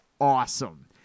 awesome